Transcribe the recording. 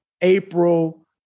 April